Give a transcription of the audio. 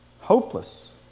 hopeless